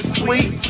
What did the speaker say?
sweet